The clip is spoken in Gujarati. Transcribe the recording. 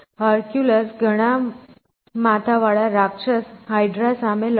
હર્ક્યુલસ ઘણા માથા વાળા રાક્ષસ હાઈડ્રા સામે લડતો